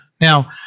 Now